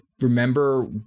remember